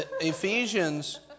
Ephesians